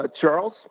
Charles